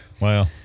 Wow